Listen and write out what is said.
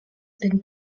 been